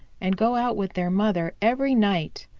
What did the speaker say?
and go out with their mother every night.